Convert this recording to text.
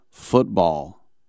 Football